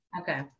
Okay